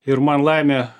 ir man laimė